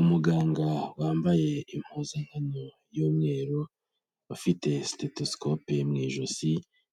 Umuganga wambaye impuzankano y'umweru, afite sitetisikope mu ijosi